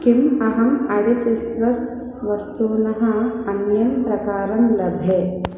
किम् अहम् अडिसिस्वस् वस्तुनः अन्यं प्रकारं लभे